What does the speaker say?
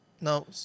No